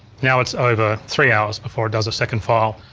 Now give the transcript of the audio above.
now it's over three hours before it does a second file,